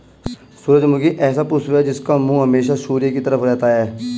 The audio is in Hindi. सूरजमुखी ऐसा पुष्प है जिसका मुंह हमेशा सूर्य की तरफ रहता है